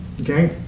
Okay